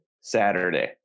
Saturday